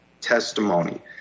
testimony